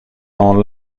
dans